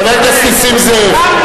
חבר הכנסת נסים זאב,